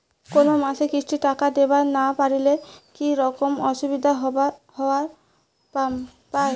কোনো মাসে কিস্তির টাকা দিবার না পারিলে কি রকম অসুবিধা হবার পায়?